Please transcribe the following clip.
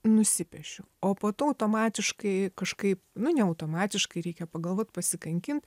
nusipiešiu o po to automatiškai kažkaip nu ne automatiškai reikia pagalvot pasikankint